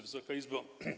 Wysoka Izbo!